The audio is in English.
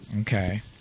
Okay